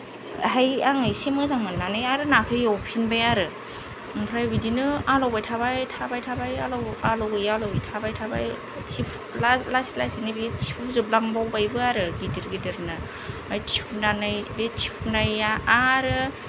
हाय आं इसे मोजां मोननानै आरो नाखौ एवफिनबाय आरो ओमफ्राय बिदिनो आलौबाय थाबाय थाबाय थाबाय आलौयै आलौयै थाबाय थाबाय थिफुला लासै लासैनो बे थिफुजोबलांबावबायबो आरो गिदिर गिदिरनो ओमफ्राय थिफुनानै बे थिफुनाया आरो